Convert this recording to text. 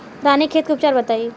रानीखेत के उपचार बताई?